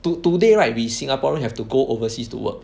to~ today right we Singaporean have to go overseas to work